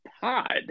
pod